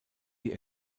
die